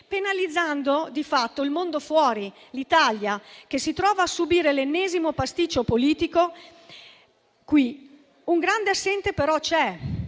penalizzando, di fatto, il mondo fuori, l'Italia, che si trova a subire l'ennesimo pasticcio politico. Qui, un grande assente, però, c'è.